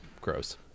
Gross